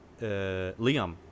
liam